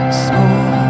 school